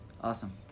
awesome